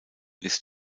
ist